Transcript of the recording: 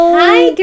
hi